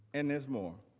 and is more.